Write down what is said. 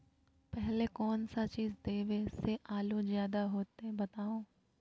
पहले कौन सा चीज देबे से आलू ज्यादा होती बताऊं?